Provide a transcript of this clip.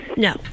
No